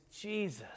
Jesus